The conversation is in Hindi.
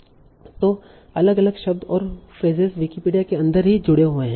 तो अलग अलग शब्द और फ्रेसेस विकिपीडिया के अन्दर ही जुड़े हुए हैं